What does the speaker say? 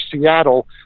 Seattle